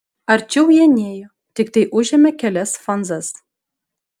arčiau jie nėjo tiktai užėmė kelias fanzas